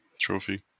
trophy